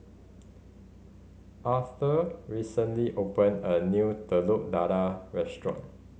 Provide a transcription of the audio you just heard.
Aurthur recently opened a new Telur Dadah restaurant